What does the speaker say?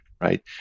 Right